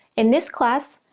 in this class,